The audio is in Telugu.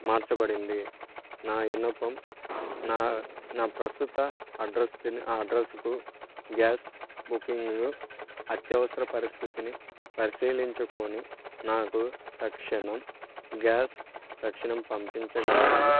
మార్చబడింది నా విన్నపం నా నా ప్రస్తుత అడ్రస్ ఆ అడ్రస్కు గ్యాస్ బుకింగ్ను అత్యవసర పరిస్థితిని పరిశీలించుకోని నాకు తక్షణం గ్యాస్ తక్షణం పంపించగలరని